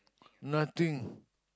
nothing